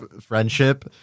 friendship